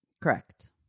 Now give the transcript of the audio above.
Correct